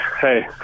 hey